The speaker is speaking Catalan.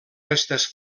restes